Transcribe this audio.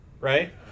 right